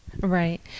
Right